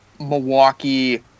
Milwaukee